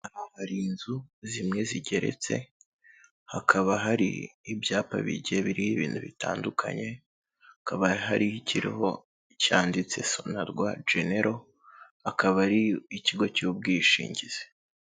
Hari inzu zimwe zigeretse, hakaba hari ibyapa bigiye biriho ibintu bitandukanye, hakaba hari ikiriho cyanditse SONARWA genero, akaba ari ikigo cy'ubwishingizi.